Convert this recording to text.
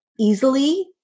easily